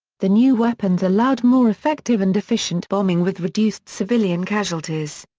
the new weapons allowed more effective and efficient bombing with reduced civilian casualties.